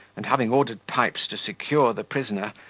and having ordered pipes to secure the prisoner,